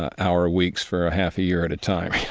ah hour weeks for ah half a year at a time,